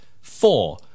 Four